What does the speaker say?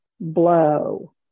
blow